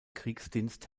kriegsdienst